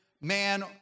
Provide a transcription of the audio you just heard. man